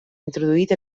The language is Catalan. introduït